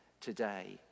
today